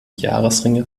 jahresringe